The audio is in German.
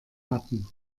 hatten